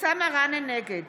נגד